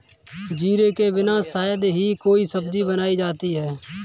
जीरे के बिना शायद ही कोई सब्जी बनाई जाती है